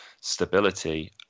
stability